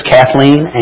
Kathleen